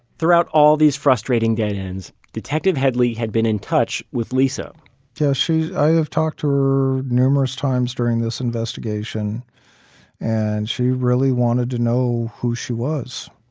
throughout all these frustrating dead ends, detective headley had been in touch with lisa so i have talked to her numerous times during this investigation and she really wanted to know who she was.